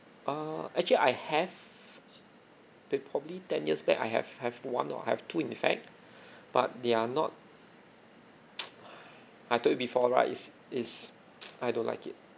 err actually I have pay probably ten years back I have have one or have two in fact but they are not I told you before right is is I don't like it